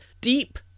deep